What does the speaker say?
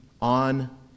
on